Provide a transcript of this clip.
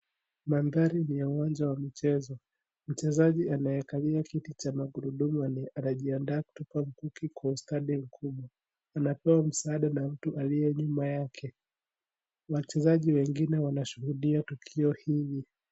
Mandhari ni ya uwanja wa michezo. Mchezaji anayekalia kiti cha magurudumu anajianda kutupa mkuki kwa ustadi mkubwa anapewa msaada na mtu alie nyuma yake. Wachezaji wengine wanashuhudia tukio hili.